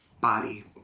Body